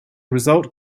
result